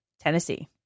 Tennessee